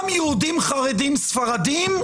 גם יהודים חרדים ספרדיים,